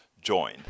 join